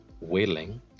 willing